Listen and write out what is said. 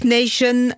Nation